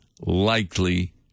likely